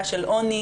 של עוני,